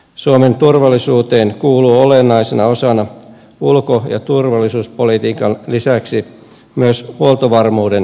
suomen turvallisuuteen kuuluu olennaisena osana ulko ja turvallisuuspolitiikan lisäksi myös huoltovarmuuden säilyttäminen